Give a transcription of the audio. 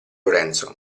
lorenzo